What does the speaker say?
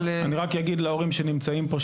אני רק אגיד להורים שנמצאים פה,